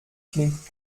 klingt